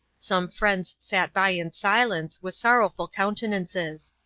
some friends sat by in silence, with sorrowful countenances.